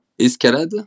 escalade